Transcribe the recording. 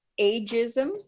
ageism